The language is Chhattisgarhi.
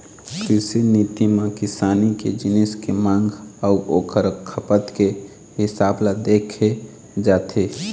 कृषि नीति म किसानी के जिनिस के मांग अउ ओखर खपत के हिसाब ल देखे जाथे